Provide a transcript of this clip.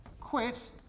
quit